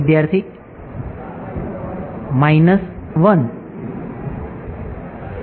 વિદ્યાર્થી માઇનસ 1